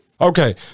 okay